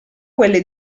quelle